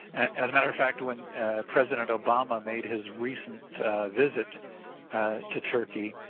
as a matter of fact when president obama made his recent visit to turkey